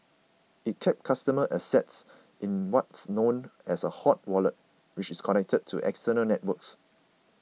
it kept customer assets in what's known as a hot wallet which is connected to external networks